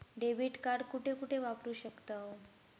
Debit card कुठे कुठे वापरू शकतव?